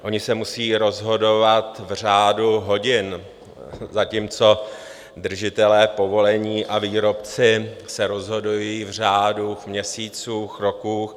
Oni se musí rozhodovat v řádu hodin, zatímco držitelé povolení a výrobci se rozhodují v řádu měsíců, roků.